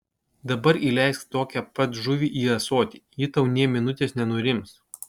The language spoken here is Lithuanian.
dabar įleisk tokią pat žuvį į ąsotį ji tau nė minutės nenurims